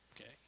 Okay